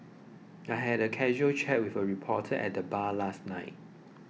I had a casual chat with a reporter at the bar last night